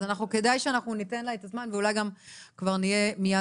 אז כדאי שאנחנו ניתן לה את הזמן ואולי גם כבר נהיה מיד